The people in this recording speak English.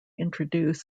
introduce